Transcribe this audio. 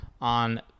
on